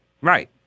right